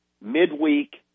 midweek